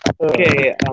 Okay